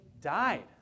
died